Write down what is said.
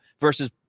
versus